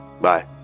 Bye